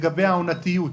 לגבי העונתיות.